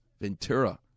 Ventura